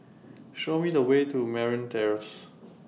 Show Me The Way to Merryn Terrace